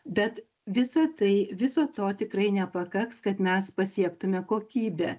bet visa tai viso to tikrai nepakaks kad mes pasiektume kokybę